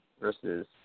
versus